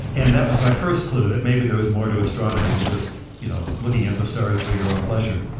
and that was my first clue that maybe there was more to astronomy than just you know looking at the stars for your own pleasure.